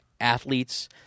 athletes –